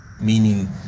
meaning